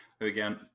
again